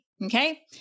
Okay